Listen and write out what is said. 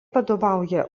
vadovauja